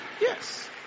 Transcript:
Yes